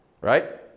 right